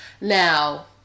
Now